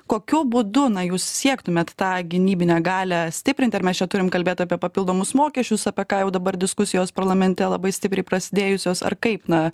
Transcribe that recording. kokiu būdu na jūs siektumėt tą gynybinę galią stiprinti ar mes čia turim kalbėt apie papildomus mokesčius apie ką jau dabar diskusijos parlamente labai stipriai prasidėjusios ar kaip na